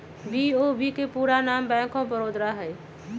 BOB के पूरे नाम बैंक ऑफ बड़ौदा हइ